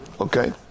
Okay